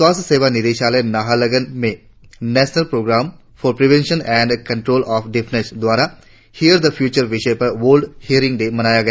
स्वास्थ्य सेवा निदेशालय नाहरलगुन में national programme for prevention and control of deafness द्वारा हियर दा फ्यूचर विषय पर वल्ड हियरिंग डे मनाया गया